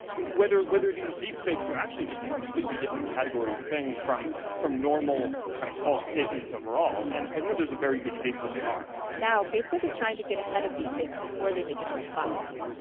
whether whether these deepfakes are actually just a completely different category of thing from from normal kind of false statements overall. and i think that there's a very good case that they are. now facebook is trying to get ahead of deepfakes before they make it on its platforms.